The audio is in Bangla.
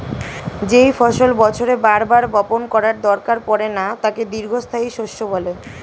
যেই ফসল বছরে বার বার বপণ করার দরকার পড়ে না তাকে দীর্ঘস্থায়ী শস্য বলে